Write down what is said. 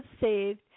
saved